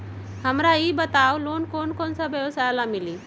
हमरा ई बताऊ लोन कौन कौन व्यवसाय ला मिली?